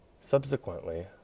Subsequently